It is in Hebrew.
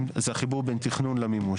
זה החיבור בין תכנון למימוש.